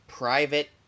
Private